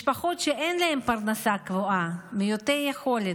משפחות שאין להן פרנסה קבועה, מעוטי יכולת,